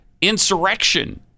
insurrection